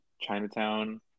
Chinatown